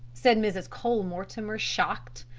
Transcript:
said mrs. cole-mortimer, shocked.